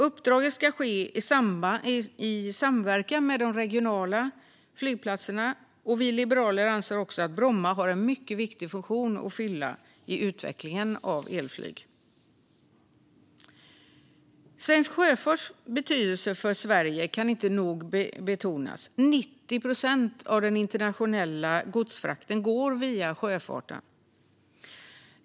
Uppdraget ska ske i samverkan med de regionala flygplatserna. Vi liberaler anser också att Bromma har en mycket viktig funktion att fylla i utvecklingen av elflyg. Svensk sjöfarts betydelse för Sverige kan inte nog betonas. 90 procent av den internationella godsfrakten går via sjöfarten.